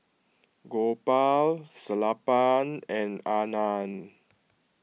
Gopal Sellapan and Anand